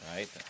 Right